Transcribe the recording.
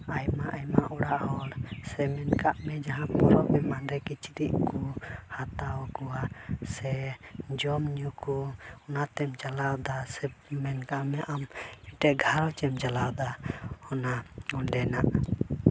ᱟᱭᱢᱟ ᱟᱭᱢᱟ ᱚᱲᱟᱜ ᱦᱚᱲ ᱥᱮ ᱢᱮᱱ ᱠᱟᱜ ᱢᱮ ᱡᱟᱦᱟᱱ ᱯᱚᱨᱚᱵᱽ ᱮᱢᱟᱱ ᱨᱮ ᱠᱤᱪᱨᱤᱡ ᱠᱚ ᱦᱟᱛᱟᱣ ᱠᱚᱣᱟ ᱥᱮ ᱡᱚᱢ ᱧᱩ ᱠᱚ ᱚᱱᱟᱛᱮᱢ ᱪᱟᱞᱟᱣ ᱫᱟ ᱥᱮ ᱢᱮᱱᱠᱟᱜ ᱢᱮ ᱟᱢ ᱢᱤᱫᱴᱮᱡ ᱜᱷᱟᱨᱚᱸᱡᱽ ᱮᱢ ᱪᱟᱞᱟᱣᱮᱫᱟ ᱚᱱᱟ ᱚᱸᱰᱮᱱᱟᱜ